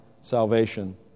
salvation